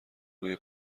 روی